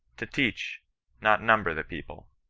to teachy not number the people.